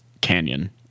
canyon